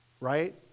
right